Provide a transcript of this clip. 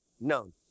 known